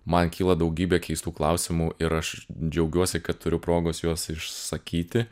man kyla daugybė keistų klausimų ir aš džiaugiuosi kad turiu progos juos išsakyti